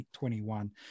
2021